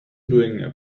doing